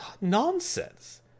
Nonsense